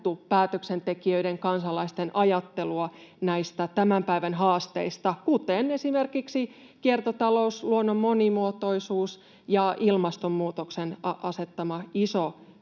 päätöksentekijöiden ja kansalaisten ajattelua näistä tämän päivän haasteista, kuten esimerkiksi kiertotaloudesta, luonnon monimuotoisuudesta ja ilmastonmuutoksen asettamasta